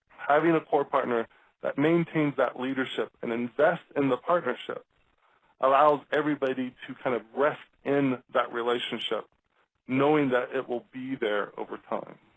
having a core partner that maintains that leadership and invests in the partnerships allows everybody to kind of rest in that relationship knowing that it will be there over time.